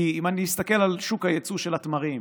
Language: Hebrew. כי אם אני אסתכל על שוק היצוא של התמרים,